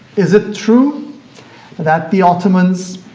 is it true that the ottomans,